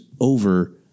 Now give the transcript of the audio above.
over